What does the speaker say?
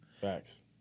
Facts